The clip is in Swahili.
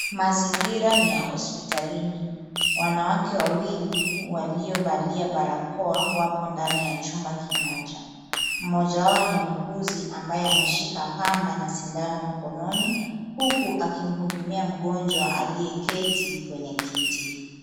Mazingira ni ya hospitalini. Wanawake wawili waliovalia barakoa wapo ndani ya chumba kimoja. Mmoja wao ni muuguzi ambaye ameshika pamba na sindano mkononi huku akimhudumia mgonjwa aliyeketi kwenye kiti.